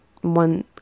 one